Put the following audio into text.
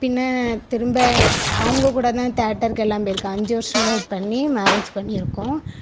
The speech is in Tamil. பின்னே திரும்ப அவங்கக்கூட தான் தேயேட்டருக்கு எல்லாம் போயிருக்கேன் அஞ்சு வருஷம் லவ் பண்ணி மேரேஜ் பண்ணி இருக்கோம்